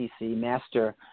Master